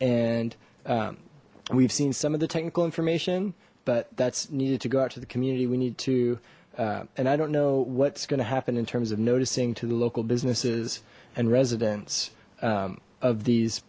and we've seen some of the technical information but that's needed to go out to the community we need to and i don't know what's going to happen in terms of noticing to the local businesses and residents of these